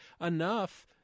enough